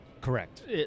Correct